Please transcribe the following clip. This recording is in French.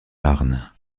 marne